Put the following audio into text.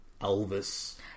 Elvis